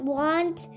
want